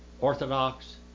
Orthodox